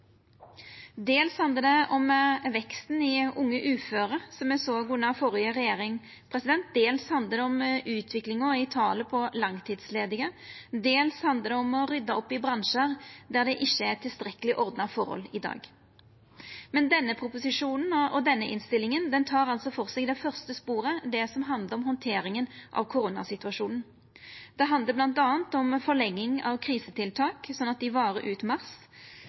Dels handlar det om veksten i unge uføre som me såg under den førre regjeringa, dels handlar det om utviklinga i talet på langtidsledige, og dels handlar det om å rydda opp i bransjar der det ikkje er tilstrekkeleg ordna forhold i dag. Men denne proposisjonen og denne innstillinga tek altså for seg det første sporet, det som handlar om handteringa av koronasituasjonen. Det handlar bl.a. om forlenging av krisetiltak slik at dei varer ut mars,